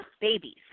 babies